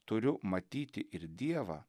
turiu matyti ir dievą